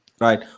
right